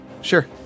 sure